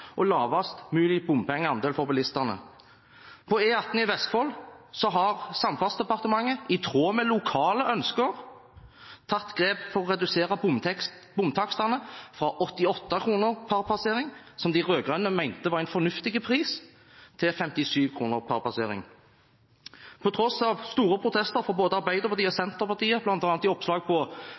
en lavest mulig bompengeandel for bilistene. På E18 i Vestfold har Samferdselsdepartementet, i tråd med lokale ønsker, tatt grep for å redusere bomtakstene fra 88 kr per passering – som de rød-grønne mente var en fornuftig pris – til 57 kr per passering. På tross av store protester fra både Arbeiderpartiet og Senterpartiet, bl.a. i oppslag på